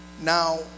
Now